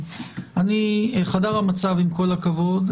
עם כל הכבוד,